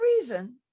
reason